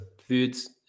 foods